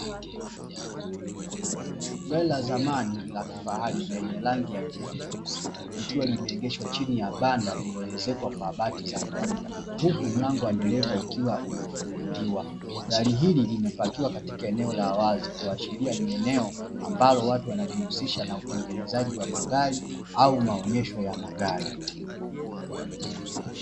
Gari la zamani la kifahari lenye rangi ya kijivu cheusi, likiwa limeegeshwa chini ya banda lililoezekwa kwa bati za kawaida, huku mlango wa dereva ukiwa umefunguliwa. Gari hili limepakiwa katika eneo la wazi kuashiria ni eneo ambalo watu wanajihusisha na utengenezaji wa magari au maegesho ya magari.